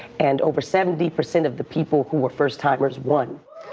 and over seventy percent of the people who were first-timers won.